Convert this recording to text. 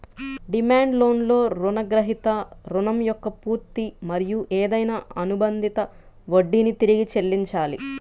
demand లోన్లో రుణగ్రహీత రుణం యొక్క పూర్తి మరియు ఏదైనా అనుబంధిత వడ్డీని తిరిగి చెల్లించాలి